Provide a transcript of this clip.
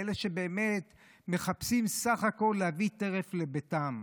לאלה שבאמת מחפשים בסך הכול להביא טרף לביתם.